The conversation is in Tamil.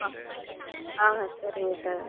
அ ஆ சரிங்க சார்